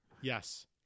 Yes